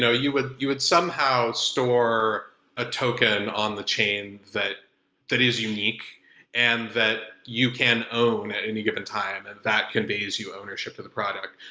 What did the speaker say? you would you would somehow store a token on the chain that that is unique and that you can own at any given time and that conveys you ownership to the product.